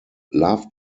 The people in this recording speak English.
love